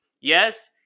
Yes